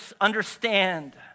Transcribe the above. understand